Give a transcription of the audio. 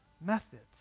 methods